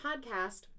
podcast